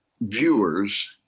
viewers